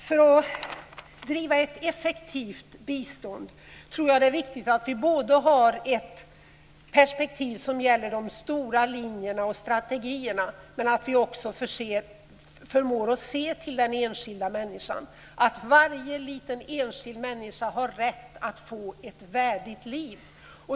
För att bedriva ett effektivt bistånd tror jag att det är viktigt att vi har ett perspektiv som gäller de stora linjerna och strategierna men att vi också förmår att se till den enskilda människan, att varje liten enskild människa har rätt att få ett värdigt liv.